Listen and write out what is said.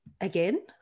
again